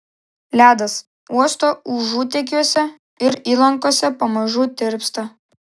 ledas uosto užutekiuose ir įlankose pamažu tirpsta